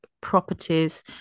properties